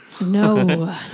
No